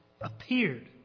appeared